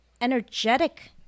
energetic